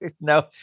no